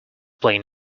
playing